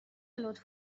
لطف